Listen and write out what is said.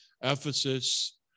Ephesus